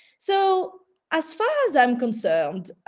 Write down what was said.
so as far as i'm concerned,